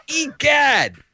Egad